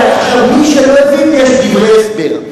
עכשיו, למי שלא הבין יש דברי הסבר.